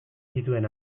zituen